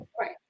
Right